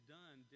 done